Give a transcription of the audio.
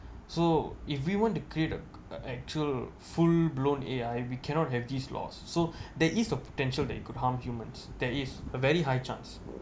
so if we want to create a actual full blown A_I we cannot have these laws so there is the potential that it could harm humans that is a very high chance